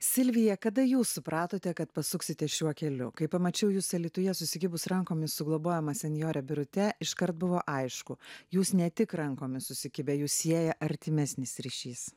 silvija kada jūs supratote kad pasuksite šiuo keliu kai pamačiau jus alytuje susikibus rankomis su globojama senjore birute iškart buvo aišku jūs ne tik rankomis susikibę jus sieja artimesnis ryšys